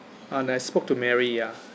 uh I spoke to mary ya